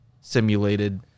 Simulated